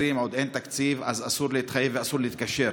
עוד אין תקציב אז אסור להתחייב ואסור להתקשר,